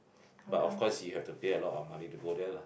but of course you have to pay a lot of money to go lah